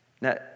Now